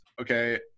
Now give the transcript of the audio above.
okay